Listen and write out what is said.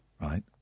right